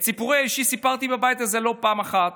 את סיפורי האישי סיפרתי בבית הזה לא פעם אחת.